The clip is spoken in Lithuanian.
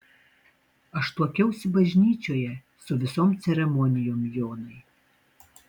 aš tuokiausi bažnyčioje su visom ceremonijom jonai